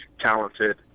talented